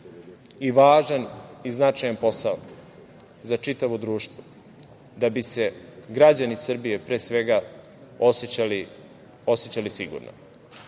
važan i značajan posao za čitavo društvo, da bi se građani Srbije, pre svega, osećali sigurno. Mi